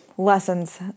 Lessons